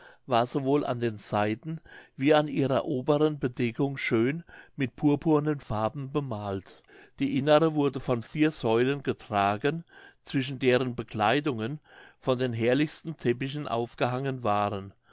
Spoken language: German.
war sowohl an den seiten wie an ihrer oberen bedeckung schön mit purpurnen farben bemalt die innere wurde von vier säulen getragen zwischen denen bekleidungen von den herrlichsten teppichen aufgehangen waren